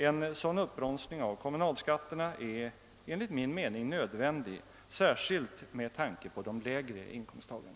En dylik uppbromsning av kommunalskatterna är enligt min mening nödvändig, särskilt med tanke på de lägre inkomsttagarna.